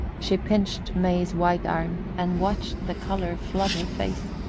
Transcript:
she pinched may's white arm and watched the colour flood her face.